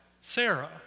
Sarah